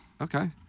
Okay